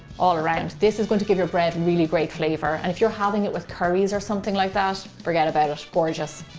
all around. this is going to give your bread really great flavor and if you're having it with curries or something like that, forget about it. gorgeous.